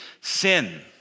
sin